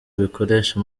bikoresha